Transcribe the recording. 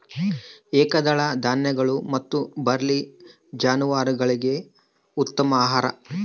ಏಕದಳ ಧಾನ್ಯಗಳು ಮತ್ತು ಬಾರ್ಲಿ ಜಾನುವಾರುಗುಳ್ಗೆ ಉತ್ತಮ ಆಹಾರ